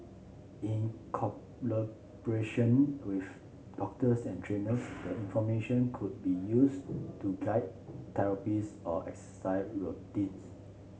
in collaboration with doctors and trainers the information could be use to guide therapies or exercise routines